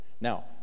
Now